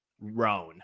Roan